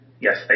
Yes